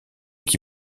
qui